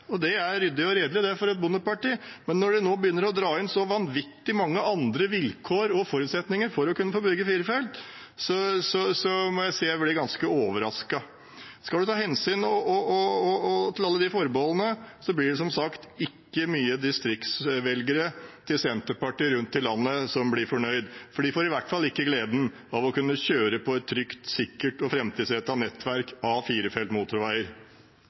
Det er ryddig og redelig for et bondeparti, men når de nå begynner å dra inn så vanvittig mange andre vilkår og forutsetninger for å få bygge firefelts motorvei, blir jeg ganske overrasket. Skal man ta hensyn til alle disse forbeholdene, er det ikke mange av Senterpartiets distriktsvelgere rundt omkring i landet som blir fornøyd. De får i hvert fall ikke gleden av å kunne kjøre på et trygt, sikkert og framtidsrettet nettverk av firefelts motorveier.